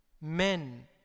men